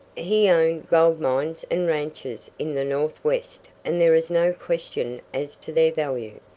he owned gold mines and ranches in the northwest and there is no question as to their value.